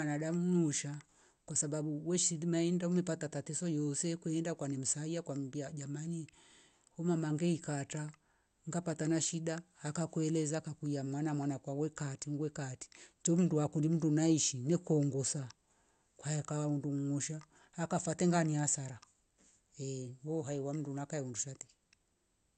Wanadamu muunsha kwa sababu we shilima inda umepata tatizo yuuze kweinda kwa nemsaya kwambia jamani humama ngekata ngapata na shida akakueleza akwiya mwana mwana kwawe katingwe kati chundua kulindum naishi ye koongosa kwaya kaundungsha akafata nge ni asara wo hai wa mndu nakae umshate